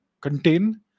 contain